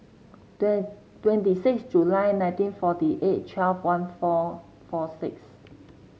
twenty six July nineteen forty eight twelve one four four six